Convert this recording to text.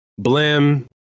Blim